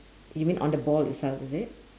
even on the ball itself is it